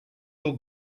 your